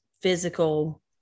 physical